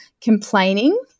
complaining